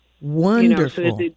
Wonderful